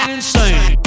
Insane